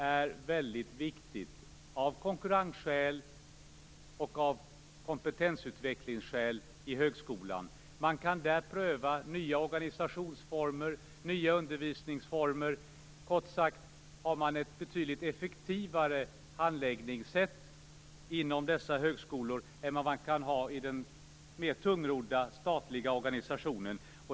Det är viktigt av konkurrensskäl och av kompetensutvecklingsskäl. Där kan man pröva nya organisationsformer och nya undervisningsformer. Man har kort sagt ett betydligt effektivare handläggningssätt inom dessa högskolor än vad man kan ha i den mer tungrodda statliga organisationen.